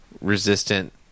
resistant